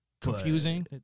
confusing